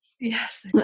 Yes